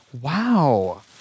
Wow